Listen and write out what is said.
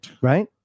right